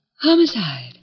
Homicide